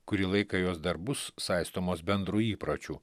kurį laiką jos dar bus saistomos bendrų įpročių